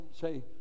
say